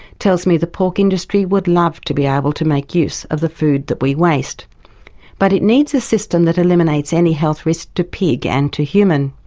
tells me the pork industry would love to be able to make use of the food that we waste but it needs a system that eliminates any health risk to pig and to human.